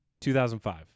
2005